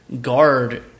guard